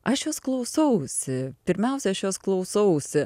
aš jos klausausi pirmiausia aš jos klausausi